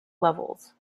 levels